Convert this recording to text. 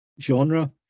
genre